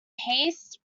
haste